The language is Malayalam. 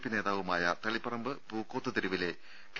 പി നേതാവുമായ തളിപ്പറമ്പ് പൂക്കോത്ത് തെരുവിലെ കെ